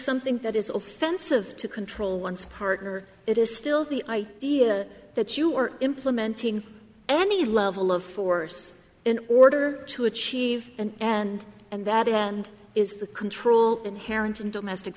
something that is offensive to control one's partner it is still the idea that you are implementing any level of force in order to achieve and and and that is and is the control inherent in domestic